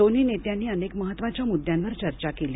दोन्ही नेत्यांनी अनेक महत्वाच्या मुद्द्यांवर चर्चा केली